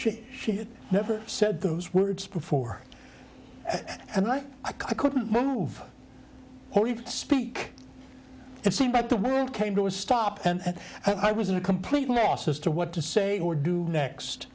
she she had never said those words before and like i couldn't move or even speak it seemed like the world came to a stop and i was in a complete loss as to what to say or do next